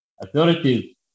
authorities